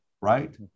right